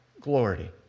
glory